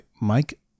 Mike